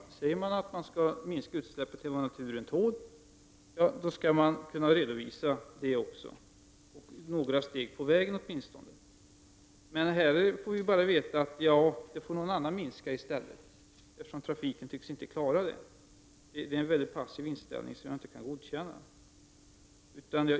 Om man säger att utsläppen skall minskas till vad naturen tål, måste man åtminstone kunna redovisa några steg på vägen. Här får vi bara veta att minskningen får ske på något annat håll, eftersom trafiken inte tycks klara detta. Det är en mycket passiv inställning, som jag inte kan godkänna.